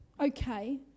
okay